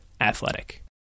ATHLETIC